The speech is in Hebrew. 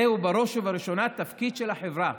זהו, בראש ובראשונה, תפקיד של החברה".